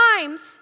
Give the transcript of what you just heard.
times